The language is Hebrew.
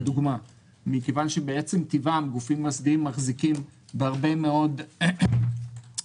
מכיוון שמעצם טבעם גופים מוסדיים מחזיקים בהרבה מאוד החזקות,